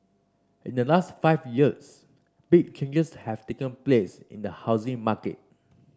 in the last five years big changes have taken place in the housing market